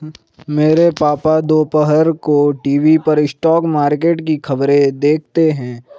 मेरे पापा दोपहर को टीवी पर स्टॉक मार्केट की खबरें देखते हैं